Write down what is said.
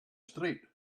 street